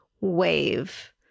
wave